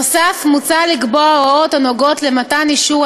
נוסף על כך מוצע לקבוע הוראות הנוגעות למתן אישור